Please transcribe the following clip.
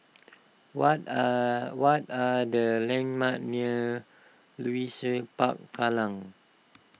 what are what are the landmarks near Leisure Park Kallang